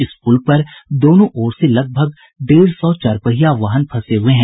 इस पुल पर दोनों ओर से लगभग डेढ़ सौ चरपहिया वाहन फंसे हुये हैं